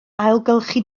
ailgylchu